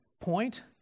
point